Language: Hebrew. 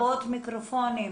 החלטתם שזה לא בתחום האחריות שלכם.